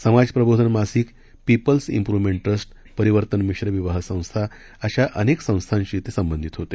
समाज प्रबोधन मासिक पीपल्स म्प्रव्हमेंट ट्रस्ट परिवर्तन मिश्र विवाह संस्था अशा अनेक संस्थांशी ते संबंधित होते